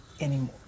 anymore